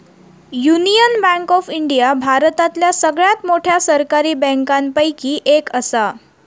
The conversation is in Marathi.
युनियन बँक ऑफ इंडिया भारतातल्या सगळ्यात मोठ्या सरकारी बँकांपैकी एक असा